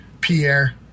Pierre